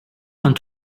från